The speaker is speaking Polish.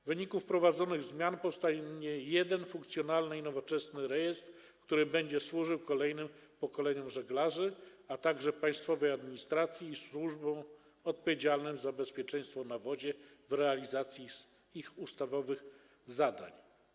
W wyniku wprowadzonych zmian powstanie jeden funkcjonalny i nowoczesny rejestr, który będzie służył kolejnym pokoleniom żeglarzy, a także państwowej administracji i służbom odpowiedzialnym za bezpieczeństwo na wodzie w realizacji ich ustawowych zadań.